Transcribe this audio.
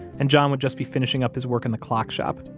and john would just be finishing up his work in the clock shop,